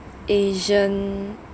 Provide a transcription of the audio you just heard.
asian